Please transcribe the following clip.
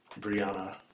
Brianna